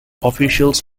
officials